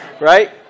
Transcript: right